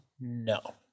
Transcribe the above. No